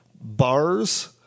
bars